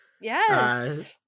yes